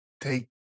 take